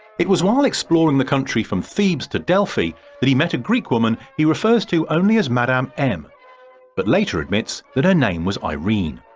it was while exploring the country from thebes to delphi that he met a greek woman, he refers to only as madame m but later admits that her name was eirene.